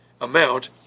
amount